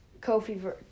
Kofi